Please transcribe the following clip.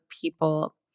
people